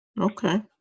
Okay